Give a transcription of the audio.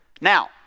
Now